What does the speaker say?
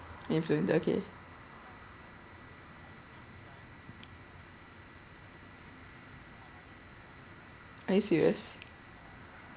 influence okay are you serious